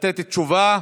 לתת תשובה.